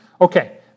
Okay